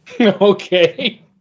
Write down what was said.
Okay